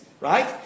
right